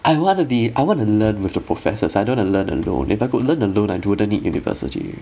I wanna be I wanna learn with the professors I don't wanna learn alone if I could learn alone I wouldn't need university